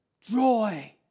joy